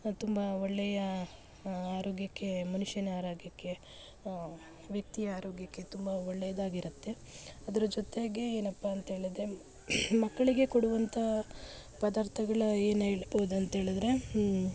ತುಂಬ ಒಳ್ಳೆಯ ಆರೋಗ್ಯಕ್ಕೆ ಮನುಷ್ಯನ ಆರೋಗ್ಯಕ್ಕೆ ವ್ಯಕ್ತಿಯ ಆರೋಗ್ಯಕ್ಕೆ ತುಂಬ ಒಳ್ಳೆಯದ್ದಾಗಿರುತ್ತೆ ಅದ್ರ ಜೊತೆಗೆ ಏನಪ್ಪ ಅಂಥೇಳಿದ್ರೆ ಮಕ್ಕಳಿಗೆ ಕೊಡುವಂಥ ಪದಾರ್ಥಗಳು ಏನು ಹೇಳ್ಬಹುದು ಅಂಥೇಳಿದ್ರೆ